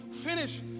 finish